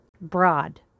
broad